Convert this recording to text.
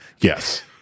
Yes